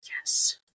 Yes